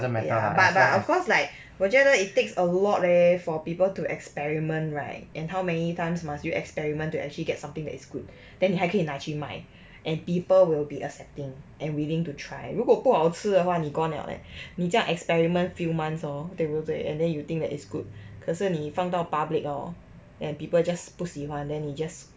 ya but but of course like 我觉得 it takes a lot leh for people to experiment right and how many times must you experiment to actually get something that is good then 你还可以拿去卖 and people will be accepting and willing to try 如果不好吃的话你 gone liao leh 你这样 experiment few months hor 对不对 and then you think that it's good 可是你放到 public hor and people just 不喜欢 then 你 just